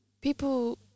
People